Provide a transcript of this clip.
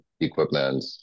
equipment